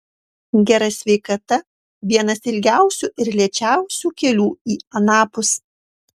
gera sveikata vienas ilgiausių ir lėčiausių kelių į anapus